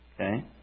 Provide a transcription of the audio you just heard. okay